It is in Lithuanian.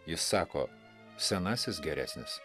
jis sako senasis geresnis